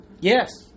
Yes